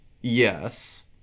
Yes